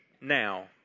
now